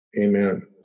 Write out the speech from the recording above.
Amen